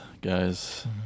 guys